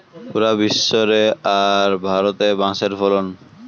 পুরা বিশ্ব রে আর ভারতে বাঁশের ফলন